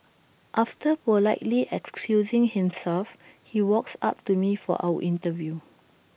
after politely excusing himself he walks up to me for our interview